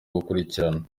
gukurikirana